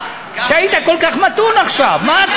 בעד יעל כהן-פארן,